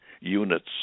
Units